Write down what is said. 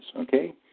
okay